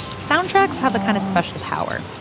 soundtracks have a kind of special power.